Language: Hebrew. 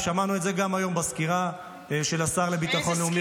ושמענו את זה גם היום בסקירה של השר לביטחון לאומי,